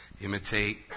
Imitate